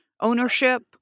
ownership